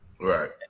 Right